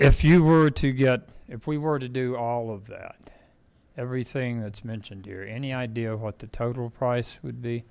if you were to get if we were to do all of that everything that's mentioned here any idea of what the total price would be